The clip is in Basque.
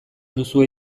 duzue